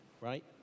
right